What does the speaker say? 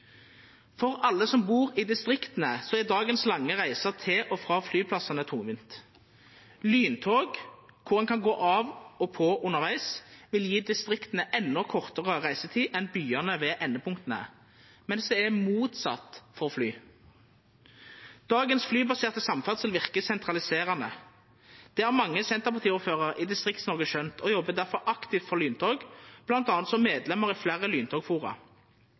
For alle som bur i distrikta, er dagens lange reiser til og frå flyplassane tungvinte. Lyntog kor ein kan gå av og på undervegs, vil gje distrikta endå kortare reisetid enn byane ved endepunkta, medan det er motsett for fly. Dagens flybaserte samferdsel verkar sentraliserande. Det har mange Senterparti-ordførarar i Distrikts-Noreg skjønt, og dei jobbar difor aktivt for lyntog, bl.a. som medlem i fleire